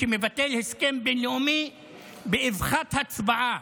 שמבטל הסכם בין לאומי באבחת הצבעה,